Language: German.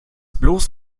bloß